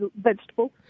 vegetable